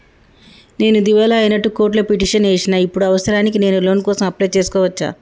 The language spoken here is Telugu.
నేను దివాలా అయినట్లు కోర్టులో పిటిషన్ ఏశిన ఇప్పుడు అవసరానికి నేను లోన్ కోసం అప్లయ్ చేస్కోవచ్చా?